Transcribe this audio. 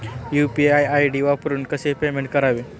UPI ID वापरून कसे payment करावे?